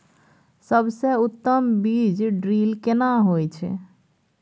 सबसे उत्तम बीज ड्रिल केना होए छै?